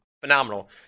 phenomenal